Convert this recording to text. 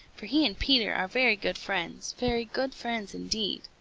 for he and peter are very good friends, very good friends indeed.